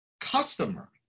customer